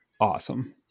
awesome